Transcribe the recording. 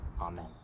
amen